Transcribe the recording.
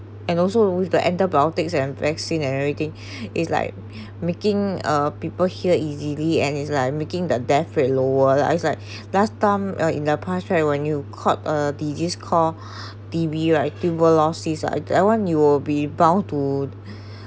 and also with the antibiotics and vaccines already is like making uh people hear easily and is like making the death rate lower lah it's like last time uh in the past right when you caught a disease core T_V right they will lose cease that one you will be bound to